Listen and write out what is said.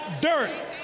dirt